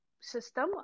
system